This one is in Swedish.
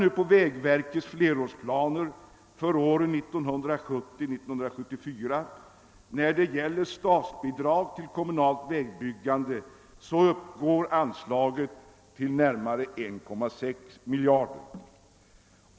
Enligt vägverkets flerårsplaner för åren 1970—1974 i fråga om statsbidrag till kommunalt vägbyggande uppgår anslagen till närmare 1,6 miljarder kronor.